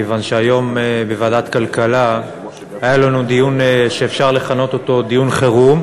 כיוון שהיום בוועדת הכלכלה היה לנו דיון שאפשר לכנות אותו דיון חירום,